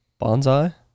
Bonsai